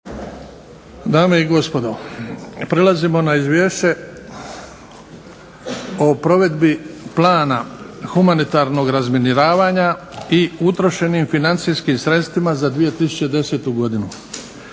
Dame i gospodo, prelazimo na - Izvješće o provedbi plana humanitarnog razminiravanja i utrošenim financijskim sredstvima za 2010. godinu